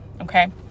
okay